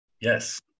Yes